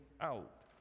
out